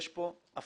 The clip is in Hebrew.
יש פה אפליה